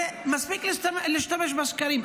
ומספיק להשתמש בשקרים.